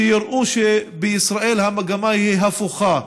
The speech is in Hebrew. שיראו שבישראל המגמה היא הפוכה: